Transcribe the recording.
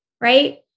right